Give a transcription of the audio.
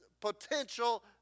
potential